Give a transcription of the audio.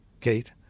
Kate